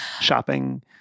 shopping